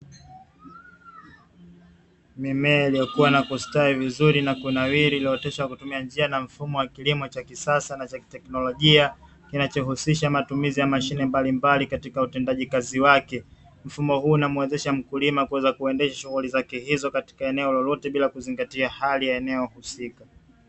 Mimea iliyokuwa na kustawi vizuri na kunawiri lililooteshwa kutumia njia na mfumo wa kilimo cha kisasa na teknolojia, kinachohusisha matumizi ya mashine mbalimbali katika utendaji kazi wake. Mfumo huu na muwezesha mkulima kuweza kuendesha shughuli zake hizo katika eneo lolote bila kuzingatia hali ya eneo husika